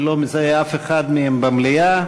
אני לא מזהה אף אחד מהם במליאה.